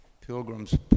Pilgrim's